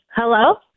Hello